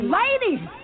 ladies